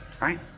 right